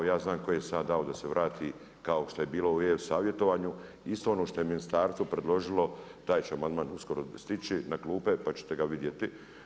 Ja znam koji sam ja dao, da se vrati kao što je bilo u e-savjetovanju isto ono što je ministarstvo predložilo taj će amandman uskoro stići na klupe pa ćete ga vidjeti.